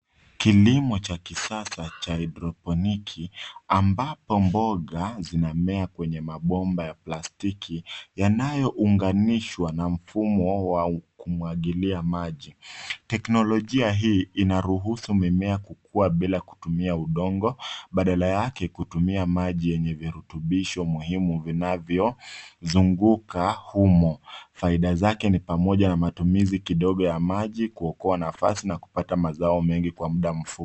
Kilimo cha kisasa cha hydroponic ambapo mboga zinamea kwenye mabomba ya plastiki yanayounganishwa na mfumo wa kumwagilia maji. Teknolojia hii inaruhusu mimea kukuwa bila kutumia udongo badala yake kutumia maji yenye virutubisho muhimu vinavyozunguka humo faida zake ni pamoja na matumizi kidogo ya maji kuokoa nafasi na kupata mazao mengi kwa muda mfupi.